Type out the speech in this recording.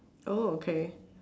oh okay